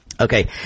okay